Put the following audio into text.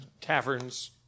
taverns